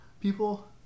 People